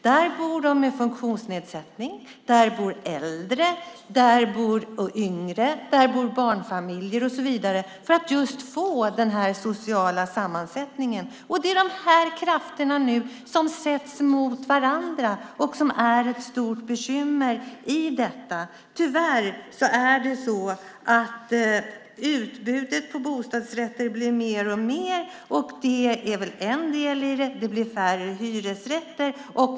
Där bor personer med funktionsnedsättningar, där bor äldre, där bor yngre, där bor barnfamiljer och så vidare. Det är de här krafterna som nu sätts mot varandra. Det blir ett stort bekymmer. Tyvärr ökar nu utbudet av bostadsrätter, vilken är en anledning till att det blir färre hyresrätter.